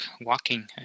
walking